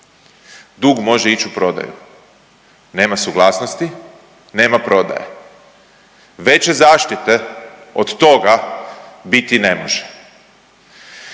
dug može ići u prodaju. Nema suglasnosti, nema prodaje. Veće zaštite od toga biti ne može.